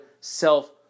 self